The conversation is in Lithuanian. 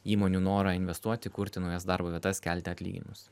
įmonių norą investuoti kurti naujas darbo vietas kelti atlyginimus